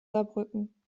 saarbrücken